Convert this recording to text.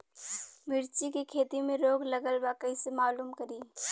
मिर्ची के खेती में रोग लगल बा कईसे मालूम करि?